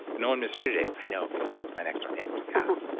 no one mistreated it. i know because it's my next-door neighbor's cow.